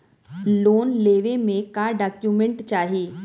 Loan लेवे मे का डॉक्यूमेंट चाही?